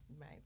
Right